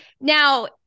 Now